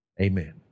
Amen